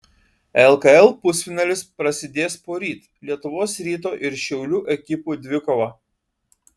lkl pusfinalis prasidės poryt lietuvos ryto ir šiaulių ekipų dvikova